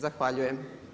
Zahvaljujem.